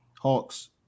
Hawks